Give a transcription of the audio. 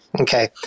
okay